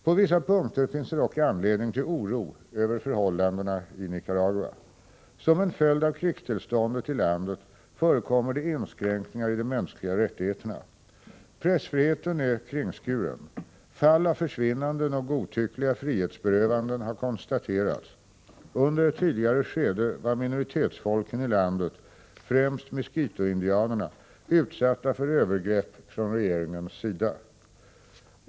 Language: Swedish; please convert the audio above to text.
På vissa punkter finns det dock anledning till oro över förhållandena i Nicaragua. Som en följd av krigstillståndet i landet förekommer det inskränkningar i de mänskliga rättigheterna. Pressfriheten är kringskuren. Fall av försvinnanden och godtyckliga frihetsberövanden har konstaterats. Under ett tidigare skede var minoritetsfolken i landet, främst miskitoindianerna, utsatta för övergrepp från regeringens sida.